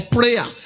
prayer